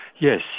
Yes